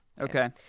Okay